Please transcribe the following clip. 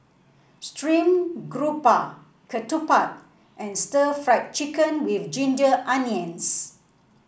stream grouper Ketupat and Stir Fried Chicken with Ginger Onions